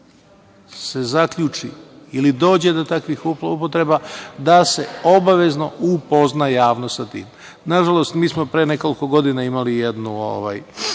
se zaključi ili dođe do takvih zloupotreba, da se obavezno upozna javnost sa tim. Nažalost, mi smo pre nekoliko godina imali jednu